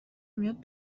میاد